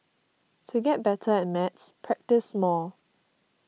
to get better at maths practise more